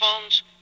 phones